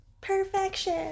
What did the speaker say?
Perfection